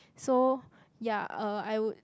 so ya uh I would